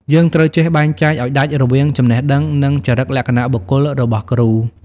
យើងត្រូវចេះបែងចែកឱ្យដាច់រវាង «ចំណេះដឹង» និង «ចរិតលក្ខណៈបុគ្គល» របស់គ្រូ។